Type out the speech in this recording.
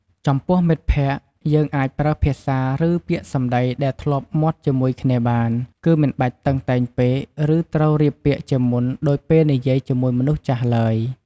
ចំពោះមិត្តភក្តិ យើងអាចប្រើភាសា ឬពាក្យសម្ដីដែលធ្លាប់មាត់ជាមួយគ្នាបាន គឺមិនបាច់តឹងតែងពេក ឬត្រូវរៀបពាក្យជាមុនដូចពេលនិយាយជាមួយមនុស្សចាស់ឡើយ។